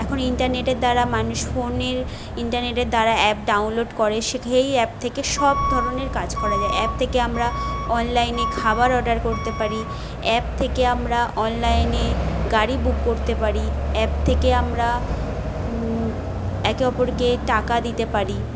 এখন ইন্টারনেটের দ্বারা মানুষ ফোনের ইন্টারনেটের দ্বারা অ্যাপ ডাউনলোড করে সেই অ্যাপ থেকে সব ধরনের কাজ করা যায় অ্যাপ থেকে আমরা অনলাইনে খাবার অর্ডার করতে পারি অ্যাপ থেকে আমরা অনলাইনে গাড়ি বুক করতে পারি অ্যাপ থেকে আমরা একে অপরকে টাকা দিতে পারি